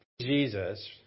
Jesus